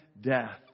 death